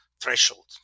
threshold